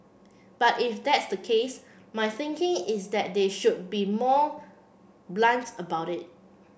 but if that's the case my thinking is that they should be more blunts about it